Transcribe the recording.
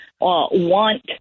want